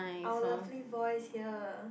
our lovely voice here